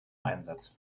einsatz